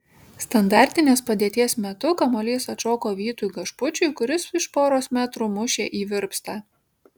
standartinės padėties metu kamuolys atšoko vytui gašpuičiui kuris iš poros metrų mušė į virpstą